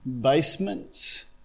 basements